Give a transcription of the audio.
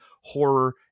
horror